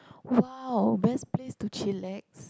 !wow! best place to chillax